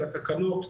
לתקנות,